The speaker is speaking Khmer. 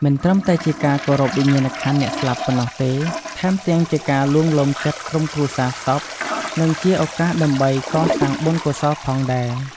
មិនត្រឹមតែជាការគោរពវិញ្ញាណក្ខន្ធអ្នកស្លាប់ប៉ុណ្ណោះទេ ថែមទាំងជាការលួងលោមចិត្តក្រុមគ្រួសារសព និងជាឱកាសដើម្បីកសាងបុណ្យកុសលផងដែរ។